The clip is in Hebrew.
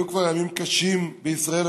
כבר היו ימים קשים בישראל,